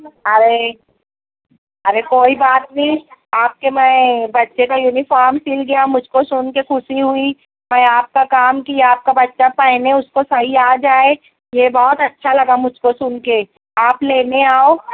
ارے ارے کوئی بات نہیں آپ کے میں بچے کا یونیفام سل گیا مجھ کو سن کے خوشی ہوئی میں آپ کا کام کیا آپ کا بچہ پہنے اس کو صحیح آ جائے یہ بہت اچھا لگا مجھ کو سن کے آپ لینے آؤ